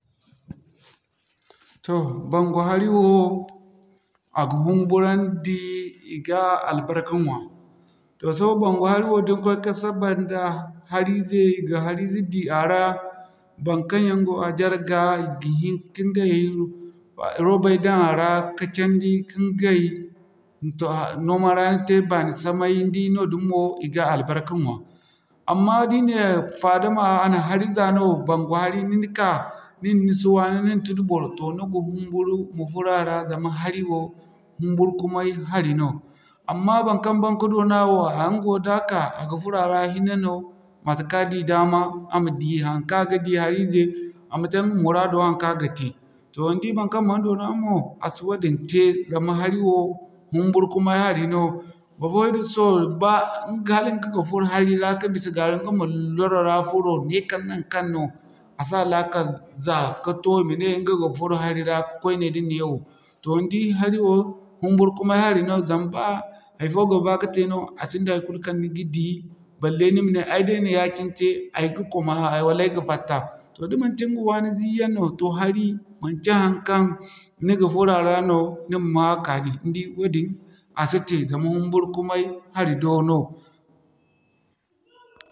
Toh bangu hari wo, a ga humburandi, i ga albarka ɲwa. Toh sohõ bangu hari wo da ni koy ka saba nda harize, i ga harize di a ra baŋkaŋ yaŋ go a jarga i ga hin ka ɲgay robay daŋ a ra ka candi ka ɲgay noman-raani te bani samay ni di noodin mo i ga albarka ɲwa. Amma da i ne fadama a na hari za no, baŋgu hari, ni'na ka, nin ni si waani nin tudu boro toh ni ga humburu ma furo a ra zama hari wo, humburkumay hari no. Amma baŋkaŋ baŋ ka doona wo, a ɲga wo da a ka a ga furo a ra hinne no, matekaŋ a di daama, a ma di haŋkaŋ a ga di, harize a ma te ɲga muraado haŋkaŋ a ga te. Toh ni di baŋkaŋ man doona mo, a si wadin te zama hari wo, humburkumay hari no. Barfoyaŋ hissuwa ba galik ga furo hari ra, ka bisa gaara ɲga ma loro ra furo nee kala naŋkaŋ no a si a laakal za ka to i ma ne ɲga ga furo hari ra ka'koy nee da neewo. Toh ni di hari wo, humburkumay hari no zama baa hay'fo ga ba ka te no a sinda haikulu kaŋ ni ga di, balle ni ma ne ay da ay na ya-cine te ay ga kwama wala ay ga fatta. Toh da manci ni ga waani zii yaŋ no, toh hari manci haŋkaŋ ni ga furo a ra no, ni ma'ma a kaani. Ni di woodin, a si te zama humburkumay hari doo no.